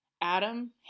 Adam